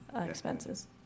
expenses